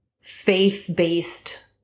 faith-based